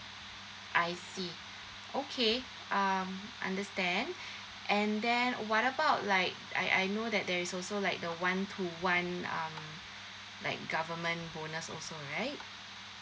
I see okay um understand and then what about like I I know that there is also like the one to one um like government bonus also right